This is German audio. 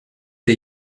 der